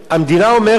המדינה אומרת,